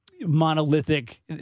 monolithic